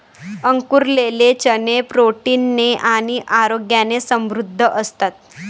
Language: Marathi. अंकुरलेले चणे प्रोटीन ने आणि आरोग्याने समृद्ध असतात